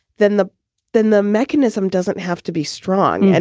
then the then the mechanism doesn't have to be strong. and